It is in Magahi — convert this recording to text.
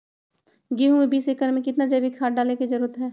गेंहू में बीस एकर में कितना जैविक खाद डाले के जरूरत है?